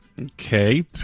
Okay